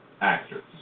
actor